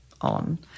on